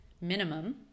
minimum